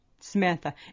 Samantha